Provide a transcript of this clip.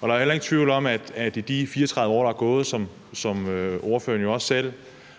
og der er jo heller ingen tvivl om, at Færøerne i de 34 år, der er gået, som ordføreren jo også selv